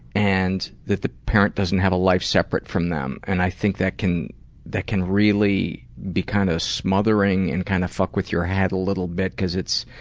and that the parent doesn't have a life separate from them, and i think that can that can really be kinda kind of smothering and kind of fuck with your head a little bit, because it's